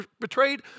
betrayed